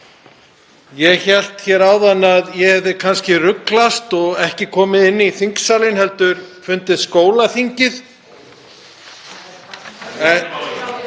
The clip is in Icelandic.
Ég hélt áðan að ég hefði kannski ruglast og ekki komið inn í þingsalinn heldur fundið Skólaþingið.